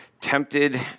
tempted